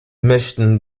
möchten